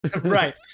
right